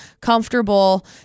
comfortable